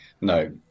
no